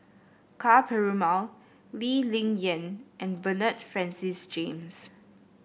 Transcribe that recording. Ka Perumal Lee Ling Yen and Bernard Francis James